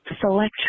select